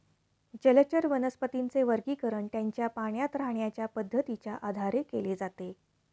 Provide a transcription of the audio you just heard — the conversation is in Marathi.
जलचर वनस्पतींचे वर्गीकरण त्यांच्या पाण्यात राहण्याच्या पद्धतीच्या आधारे केले जाते